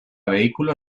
vehículo